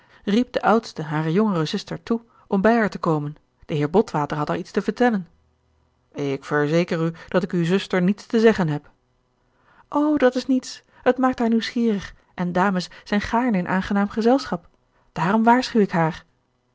riep de oudste hare jongere zuster toe om bij haar te komen de heer botwater had haar iets te vertellen ik verzeker u dat ik uwe zuster niets te zeggen heb o dat is niets het maakt haar nieuwsgierig en dames zijn gaarne in aangenaam gezelschap daarom waarschuw ik haar